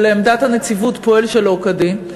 שלעמדת הנציבות פועל שלא כדין,